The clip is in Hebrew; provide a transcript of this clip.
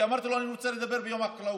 כי אמרתי לו שאני רוצה לדבר ביום החקלאות.